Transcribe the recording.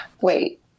Wait